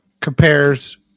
compares